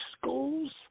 schools